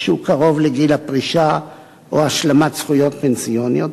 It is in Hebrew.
קרבה לגיל הפרישה או השלמת זכויות פנסיוניות,